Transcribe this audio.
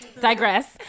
digress